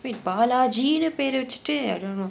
wait balaji னு பெரு வெச்சிட்டு:nu peru vechitu I don't know